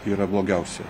yra blogiausia